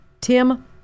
Tim